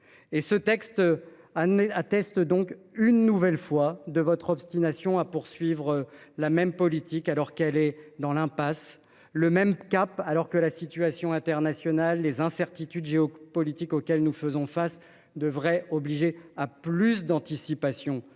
Ce texte atteste donc une nouvelle fois de votre obstination à poursuivre la même politique, bien qu’il s’agisse d’une impasse, à tenir le même cap, alors que la situation internationale et les incertitudes géopolitiques auxquelles nous faisons face nous obligent à mieux anticiper un